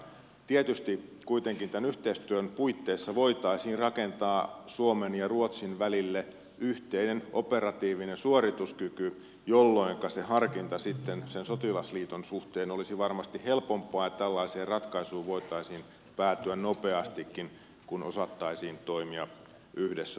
tietysti tämän yhteistyön puitteissa kuitenkin voitaisiin rakentaa suomen ja ruotsin välille yhteinen operatiivinen suorituskyky jolloinka harkinta sotilasliiton suhteen olisi varmasti helpompaa ja tällaiseen ratkaisuun voitaisiin päätyä nopeastikin kun osattaisiin toimia yhdessä kentällä